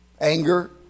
Anger